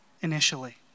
initially